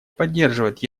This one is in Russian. поддерживает